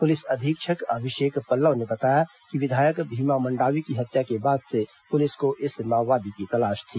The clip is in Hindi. पुलिस अधीक्षक अभिषेक पल्लव ने बताया कि विधायक भीमा मंडावी की हत्या के बाद से पुलिस को इस माओवादी की तलाश थी